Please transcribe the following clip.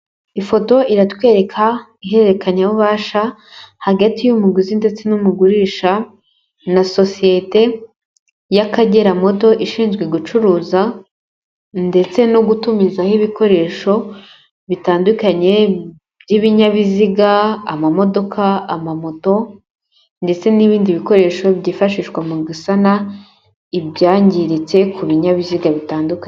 Ifoto iratwereka ihererekanyabubasha, hagati y'umuguzi ndetse n'umugurisha, na sosiyete y'Akagera moto ishinzwe gucuruza, ndetse no gutumizaho ibikoresho bitandukanye, by'ibinyabiziga, amamodoka, amamoto, ndetse n'ibindi bikoresho byifashishwa mu gusana ibyangiritse ku binyabiziga bitandukanye.